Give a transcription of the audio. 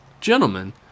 Gentlemen